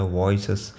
voices